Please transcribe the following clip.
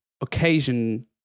occasion